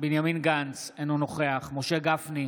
בנימין גנץ, אינו נוכח משה גפני,